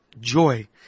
joy